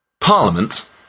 Parliament